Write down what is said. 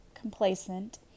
complacent